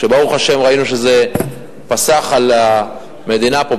כשראינו שברוך השם זה פסח על המדינה פה,